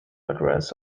address